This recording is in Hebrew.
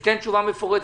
תן תשובה מפורטת,